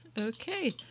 Okay